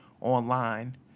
online